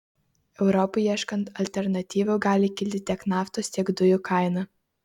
europai ieškant alternatyvų gali kilti tiek naftos tiek dujų kaina